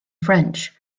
french